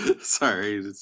Sorry